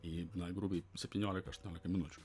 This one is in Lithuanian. į na grubiai septyniolika aštuoniolika minučių